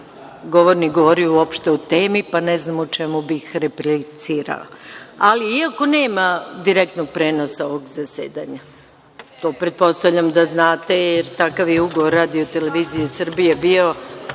govornik govorio uopšte o temi, pa ne znam čemu bih replicirala. Ali, iako nema direktnog prenosa ovog zasedanja, to pretpostavljam da znate, jer takav je ugovor RTS bio